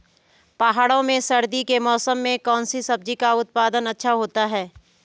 पहाड़ों में सर्दी के मौसम में कौन सी सब्जी का उत्पादन अच्छा होता है?